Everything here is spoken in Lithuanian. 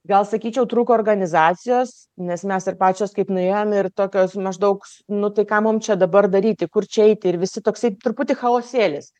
gal sakyčiau trūko organizacijos nes mes ir pačios kaip nuėjom ir tokios maždaug nu tai ką mums čia dabar daryti kur čia eiti ir visi toksai truputį chaosėlis